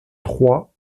trois